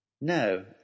No